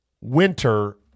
winter